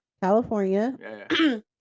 california